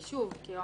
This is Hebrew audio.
כבר